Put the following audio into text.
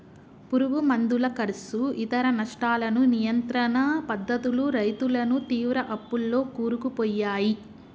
పురుగు మందుల కర్సు ఇతర నష్టాలను నియంత్రణ పద్ధతులు రైతులను తీవ్ర అప్పుల్లో కూరుకుపోయాయి